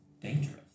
dangerous